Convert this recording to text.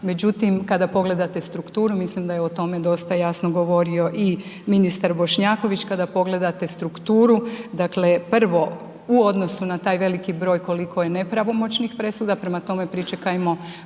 međutim, kada pogledate strukturu mislim da je o tome dosta jasno govorio i ministar Bošnjaković kada pogledate strukturu, dakle prvo u odnosu na taj veliki broj koliko je nepravomoćnih presuda, prema tome pričekajmo